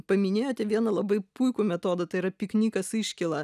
paminėjote vieną labai puikų metodą tai yra piknikas iškyla